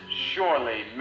surely